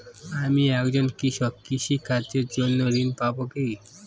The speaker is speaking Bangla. আমি একজন কৃষক কৃষি কার্যের জন্য ঋণ পাব কি?